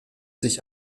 sich